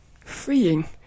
freeing